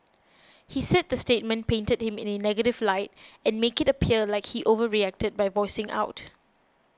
he said the statement painted him in a negative light and make it appear like he overreacted by voicing out